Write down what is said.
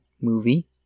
movie